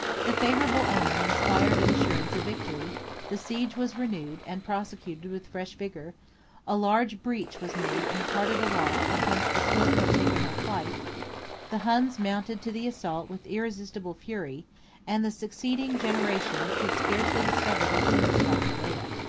the favorable omen inspired an assurance of victory the siege was renewed and prosecuted with fresh vigor a large breach was made in the part of the wall from whence the stork had taken her flight the huns mounted to the assault with irresistible fury and the succeeding generation could scarcely discover the ruins of aquileia.